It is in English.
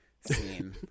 scene